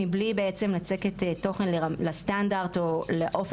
מבלי בעצם לצקת תוכן לסטנדרט או לאופי